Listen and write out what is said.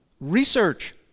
research